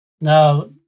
Now